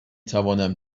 توانم